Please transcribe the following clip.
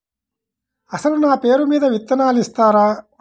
అసలు నా పేరు మీద విత్తనాలు ఇస్తారా?